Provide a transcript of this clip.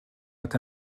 met